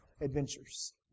adventures